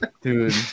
dude